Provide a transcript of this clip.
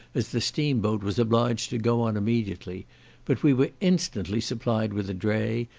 as the steam-boat was obliged to go on immediately but we were instantly supplied with a dray,